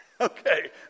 Okay